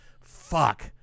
Fuck